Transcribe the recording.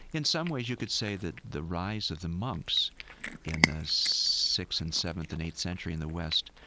in some ways you could say that the rise of the monks in the sixth and seventh and eighth century in the west,